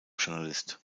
journalist